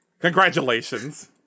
congratulations